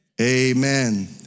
Amen